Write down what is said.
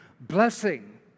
blessing